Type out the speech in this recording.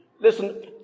Listen